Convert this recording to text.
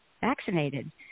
vaccinated